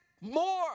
more